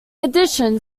addition